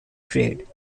trade